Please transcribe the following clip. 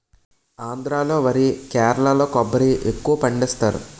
ఆంధ్రా లో వరి కేరళలో కొబ్బరి ఎక్కువపండిస్తారు